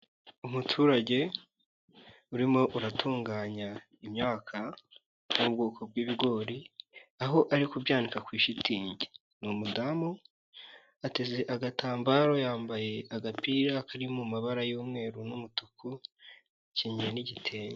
umuturage urimo uratunganya imyaka y'ubwoko bw'ibigori, aho ari kubyandika kuri shitingi, ni umudamu, ateze agatambaro, yambaye agapira kari mu mabara y'umweru n'umutuku, akenyeye n'igitenge.